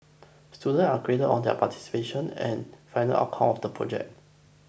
students are graded on their participation and final outcome of the project